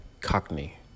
Cockney